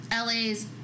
LA's